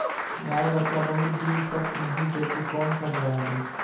गाय बच्चा बहुत बहुत दिन तक नहीं देती कौन सा दवा दे?